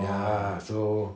ya so